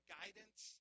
guidance